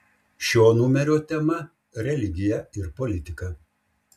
šio numerio tema religija ir politika